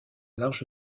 large